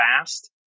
fast